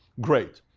great.